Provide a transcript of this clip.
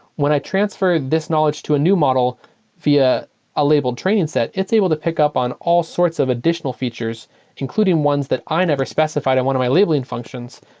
when i transfer this knowledge to a new model via a labeled training set, it's able to pick up on all sorts of additional features including ones that i never specified in one of my labeling functions,